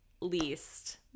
least